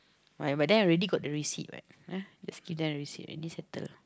right but then I already got the receipt what uh just give them the receipt already settle